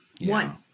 One